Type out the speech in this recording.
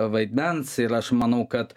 vaidmens ir aš manau kad